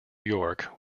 york